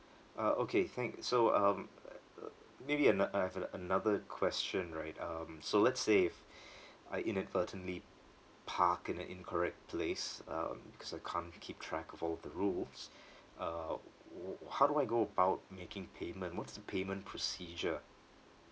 uh okay thanks so um ugh maybe ano~ I have a~ another question right um so let's say if I inadvertently park in a incorrect place um cause I can't keep track of all the rules uh wh~ how do I go about making payment what's the payment procedure